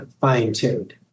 fine-tuned